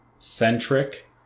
Centric